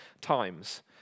times